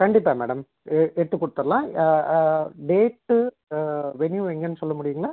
கண்டிப்பாக மேடம் எ எடுத்துகுடுத்தட்லாம் டெட்டு வென்யூ எங்கன்னு சொல்ல முடியும்ங்ளா